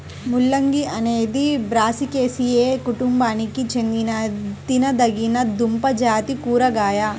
ముల్లంగి అనేది బ్రాసికాసియే కుటుంబానికి చెందిన తినదగిన దుంపజాతి కూరగాయ